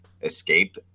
escape